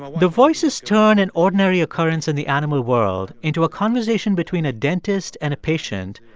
ah the voices turn an ordinary occurrence in the animal world into a conversation between a dentist and a patient,